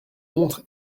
montre